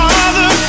Father